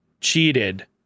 cheated